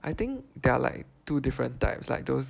I think there are like two different types like those